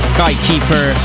Skykeeper